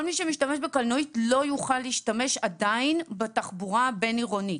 כל מי שמשתמש בקלנועית עדיין לא יוכל להשתמש בתחבורה הבין-עירונית.